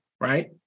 Right